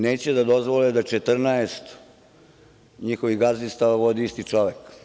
Neće da dozvole da 14 njihovih gazdinstava vodi isti čovek.